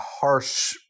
harsh